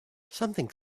something